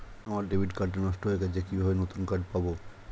আমার debit card টা নষ্ট হয়ে গেছে কিভাবে নতুন কার্ড পাব?